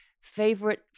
favorite